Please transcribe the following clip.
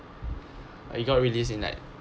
it got released in like